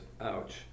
ouch